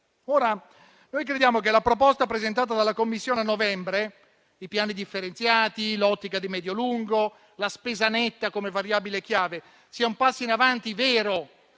trasparenti. Crediamo che la proposta presentata dalla Commissione a novembre, con i piani differenziati, l'ottica di medio-lungo termine, la spesa netta come variabile chiave, siano un passo in avanti vero